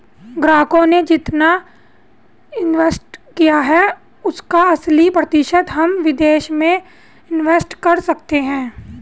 ग्राहकों ने जितना इंवेस्ट किया है उसका अस्सी प्रतिशत हम विदेश में इंवेस्ट कर सकते हैं